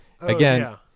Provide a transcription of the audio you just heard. Again